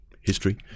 history